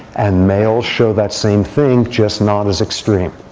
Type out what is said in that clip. and males show that same thing, just not as extreme.